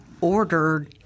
ordered